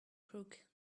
crook